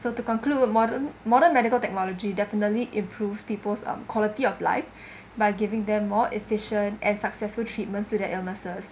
so to conclude modern modern medical technology definitely improves people's um quality of life by giving them more efficient and successful treatments to their illnesses